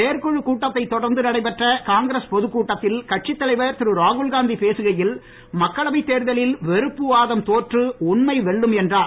செயற்குழு கூட்டத்தைத் தொடர்ந்து நடைபெற்ற காங்கிரஸ் பொதுக்கூட்டத்தில் கட்சித் தலைவர் திரு ராகுல்காந்தி பேசுகையில் மக்களவை தேர்தலில் வெறுப்பு வாதம் தோற்று உண்மை வெல்லும் என்றார்